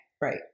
Right